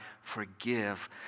forgive